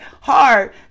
hard